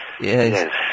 Yes